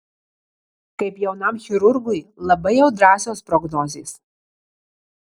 kaip jaunam chirurgui labai jau drąsios prognozės